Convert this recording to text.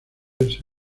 verse